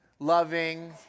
loving